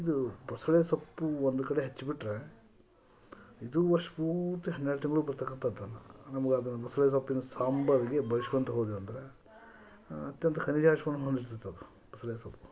ಇದು ಬಸಳೆ ಸೊಪ್ಪು ಒಂದು ಕಡೆ ಹಚ್ಚಿಬಿಟ್ರೆ ಇದು ವರ್ಷ ಪೂರ್ತಿ ಹನ್ನೆರಡು ತಿಂಗಳು ಬರ್ತಕಂಥದ್ದನ್ನ ನಮ್ಗೆ ಅದೊಂದು ಬಸಳೆ ಸೊಪ್ಪಿನ ಸಾಂಬಾರಿಗೆ ಬಳಸ್ಕೋತ ಹೋದ್ವೆಂದ್ರೆ ಅತ್ಯಂತ ಖನಿಜಾಂಶಗಳನ್ನು ಹೊಂದಿರ್ತದು ಬಸಳೆ ಸೊಪ್ಪು